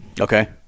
Okay